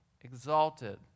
exalted